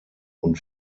und